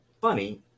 funny